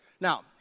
Now